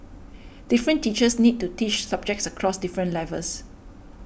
different teachers need to teach subjects across different levels